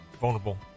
vulnerable